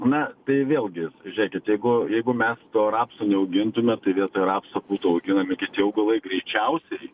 na tai vėlgi žiūrėkit jeigu jeigu mes to rapso neaugintume tai vietoj rapso būtų auginami kiti augalai greičiausiai